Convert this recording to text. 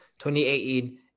2018